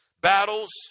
battles